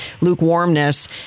lukewarmness